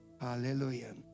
Hallelujah